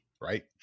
Right